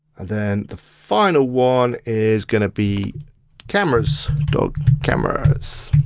then the final one is gonna be cameras, dog cameras.